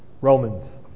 Romans